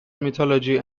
mythology